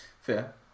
fair